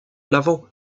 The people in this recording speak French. l’avant